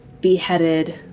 beheaded